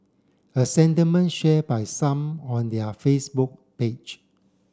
a sentiment share by some on their Facebook page